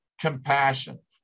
compassion